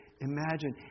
imagine